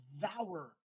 devour